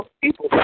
people